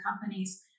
companies